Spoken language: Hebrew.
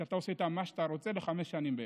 שאתה עושה איתם מה שאתה רוצה בחמש שנים בערך.